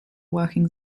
working